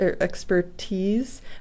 expertise